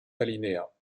alinéa